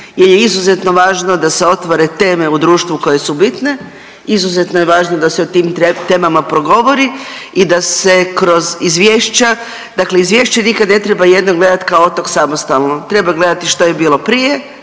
jer je izuzetno važno da se otvore teme u društvu koje su bitne. Izuzetno je važno da se o tim temama progovori i da se kroz izvješća, dakle izvješće nikad ne treba jedno gleda kao otok samostalno. Treba gledati što je bilo prije,